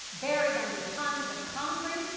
buried under tons of concrete,